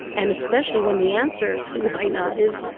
and especially when the answer to why not is,